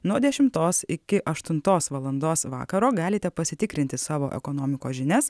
nuo dešimtos iki aštuntos valandos vakaro galite pasitikrinti savo ekonomikos žinias